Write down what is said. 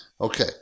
Okay